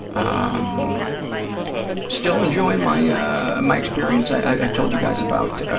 um still enjoying my my experience, i told you guys about